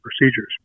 procedures